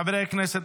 חברי הכנסת,